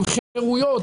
עם חרויות,